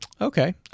okay